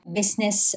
business